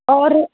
اور